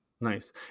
Nice